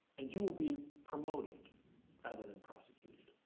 and you will be promoted rather than prosecuted?